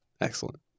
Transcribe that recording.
Excellent